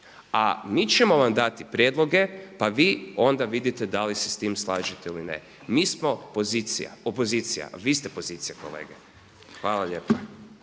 a mi ćemo vam dati prijedloge pa vi onda vidite da li se s tim slažete ili ne. Mi smo opozicija, vi ste pozicija kolege. Hvala lijepa.